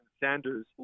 Sanders